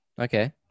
Okay